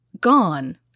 gone